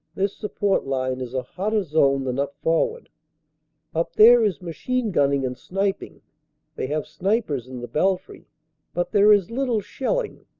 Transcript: this support line is a hotter zone than up forward up there is machine-gunning and sniping they have snipers in the belfry but there is little shelling.